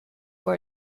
for